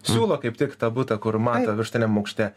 siūlo kaip tik tą butą kur mato viršutiniam aukšte